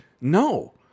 no